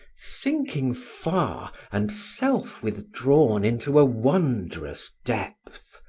sinking far and self-withdrawn into a wondrous depth,